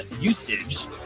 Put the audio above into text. usage